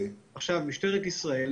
עכשיו יש למשטרת ישראל